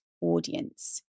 audience